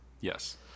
yes